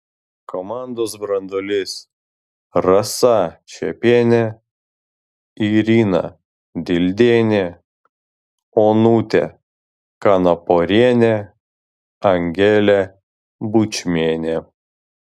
komandos branduolys rasa čepienė irina dildienė onutė kanaporienė angelė bučmienė